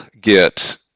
get